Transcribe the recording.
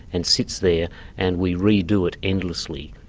and sits there and we redo it endlessly.